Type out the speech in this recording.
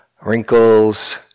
wrinkles